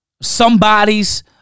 somebody's